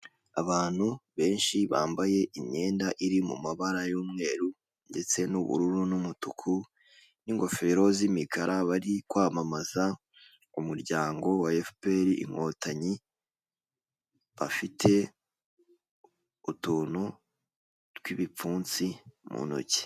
Abantu benshi bambaye imyenda iri mu mabara y'umweru ndetse n'ubururu n'umutuku n'ingofero z'imikara, bari kwamamaza umuryango wa fpr inkotanyi bafite utuntu tw'ibipfunsi mu ntoki.